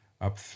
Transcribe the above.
up